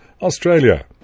Australia